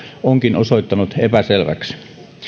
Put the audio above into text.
onkin osoittautunut epäselväksi